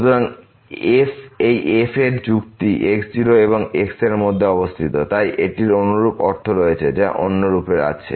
সুতরাং এই fএর এই যুক্তি x0 এবং x এর মধ্যে অবস্থিত তাই এটির অনুরূপ অর্থ রয়েছে যা অন্য রূপে আছে